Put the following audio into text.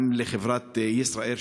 גם לחברת ישראייר,